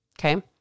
Okay